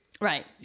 Right